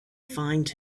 find